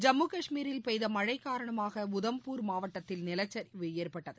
ஜம்மு கஷ்மீரில் பெய்த மழை காரணமாக உதம்பூர் மாவட்டத்தில் நிலச்சிவு ஏற்பட்டது